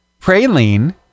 praline